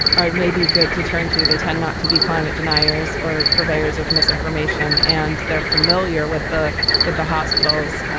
are maybe good to turn to. they tend not to be climate deniers or purveyors of misinformation. and they're familiar with the with the hospitals.